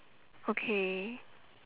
okay